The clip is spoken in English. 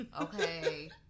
Okay